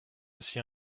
aussi